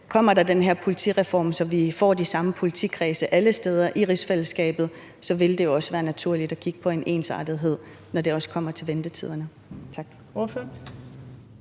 kommer der den her politireform, så vi får de samme politikredse alle steder i rigsfællesskabet, vil det også være naturligt at kigge på en ensartethed, når det kommer til ventetiderne. Kl.